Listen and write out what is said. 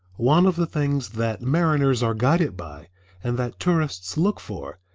one of the things that mariners are guided by and that tourists look for,